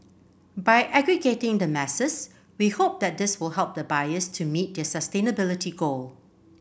by aggregating the masses we hope that this will help the buyers to meet their sustainability goal